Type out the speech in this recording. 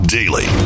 Daily